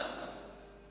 הכנסת נתקבלה.